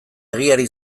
egiari